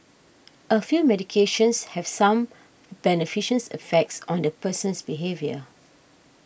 a few medications have some beneficial effects on the person's behaviour